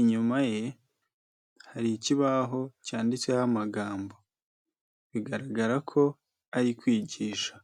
inyuma ye hari ikibaho cyantseho amagambo bigaragara ko ari kwigisha.